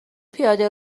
پیاده